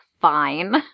fine